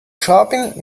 shopping